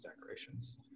decorations